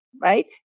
right